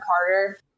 Carter